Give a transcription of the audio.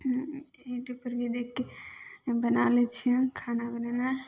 यूट्यूबपर भी देखिके बना लै छिए खाना बनेनाइ